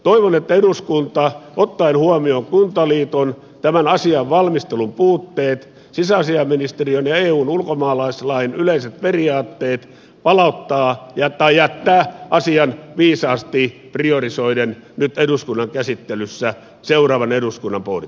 toivon että eduskunta ottaen huomioon kuntaliiton näkemykset tämän asian valmistelun puutteet sekä sisäasiainministeriön ja eun ulkomaalaislain yleiset periaatteet jättää asian viisaasti priorisoiden nyt eduskunnan käsittelyssä seuraavan eduskunnan pohdittavaksi